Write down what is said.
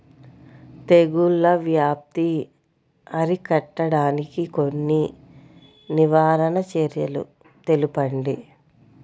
తెగుళ్ల వ్యాప్తి అరికట్టడానికి కొన్ని నివారణ చర్యలు తెలుపండి?